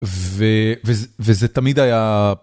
וזה תמיד היה